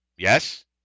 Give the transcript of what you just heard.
Yes